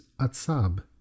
Atzab